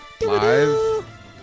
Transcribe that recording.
Live